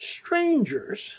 strangers